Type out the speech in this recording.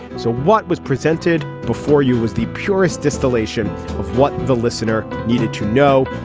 so what was presented before you was the purest distillation of what the listener needed to know.